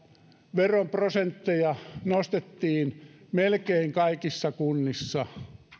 veroprosentteja nostettiin melkein kaikissa kunnissa